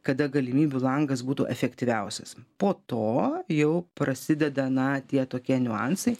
kada galimybių langas būtų efektyviausias po to jau prasideda na tie tokie niuansai